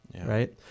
Right